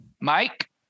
Mike